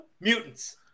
mutants